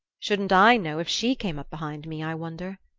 shouldn't i know if she came up behind me, i wonder?